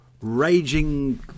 raging